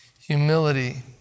Humility